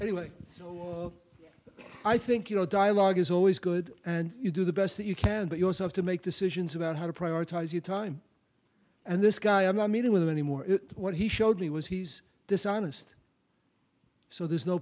anyway i think your dialogue is always good and you do the best that you can but you also have to make decisions about how to prioritize your time and this guy i'm not meeting with anymore what he showed me was he's dishonest so there's no